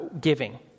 giving